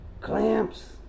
Clamps